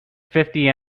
fifty